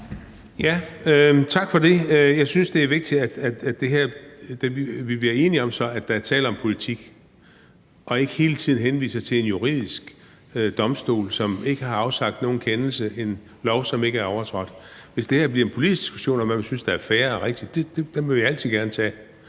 Tak for det. Jeg synes, det er vigtigt, at vi så bliver enige om, at der er tale om politik, og at vi ikke hele tiden henviser til en juridisk domstol, som ikke har afsagt nogen kendelse, og til en lov, som ikke er overtrådt. Hvis det her bliver en politisk diskussion om, hvad man synes er fair og rigtigt, vil vi altid gerne tage